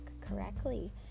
correctly